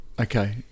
okay